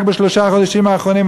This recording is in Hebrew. רק בשלושה חודשים האחרונים,